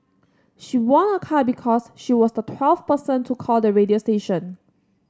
she won a car because she was the twelfth person to call the radio station